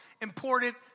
important